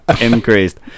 increased